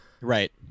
Right